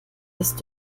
ist